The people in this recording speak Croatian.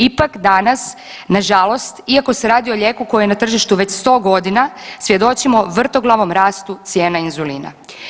Ipak danas nažalost iako se radi o lijeku koji je na tržištu već 100 godina svjedočimo vrtoglavom rastu cijena inzulina.